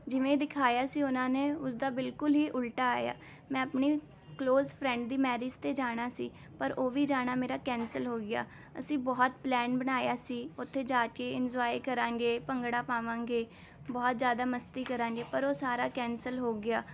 ਜਿਵੇਂ ਦਿਖਾਇਆ ਸੀ ਉਹਨਾਂ ਨੇ ਉਸਦਾ ਬਿਲਕੁਲ ਹੀ ਉਲਟਾ ਆਇਆ ਮੈਂ ਆਪਣੀ ਕਲੋਸ ਫਰੈਂਡ ਦੀ ਮੈਰਿਜ 'ਤੇ ਜਾਣਾ ਸੀ ਪਰ ਉਹ ਵੀ ਜਾਣਾ ਮੇਰਾ ਕੈਂਸਲ ਹੋ ਗਿਆ ਅਸੀਂ ਬਹੁਤ ਪਲੈਨ ਬਣਾਇਆ ਸੀ ਉੱਥੇ ਜਾ ਕੇ ਇੰਜੋਆਏ ਕਰਾਂਗੇ ਭੰਗੜਾ ਪਾਵਾਂਗੇ ਬਹੁਤ ਜ਼ਿਆਦਾ ਮਸਤੀ ਕਰਾਂਗੇ ਪਰ ਉਹ ਸਾਰਾ ਕੈਂਸਲ ਹੋ ਗਿਆ